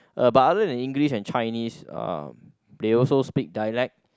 uh but other than English and Chinese uh they also speak dialect